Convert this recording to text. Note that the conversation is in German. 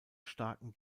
starken